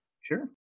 Sure